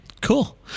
Cool